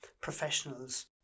professionals